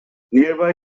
nearby